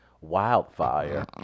Wildfire